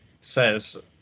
says